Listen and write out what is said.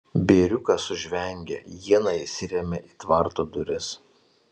bėriukas sužvengė iena įsirėmė į tvarto duris